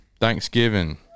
Thanksgiving